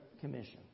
Commission